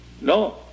No